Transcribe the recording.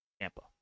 Tampa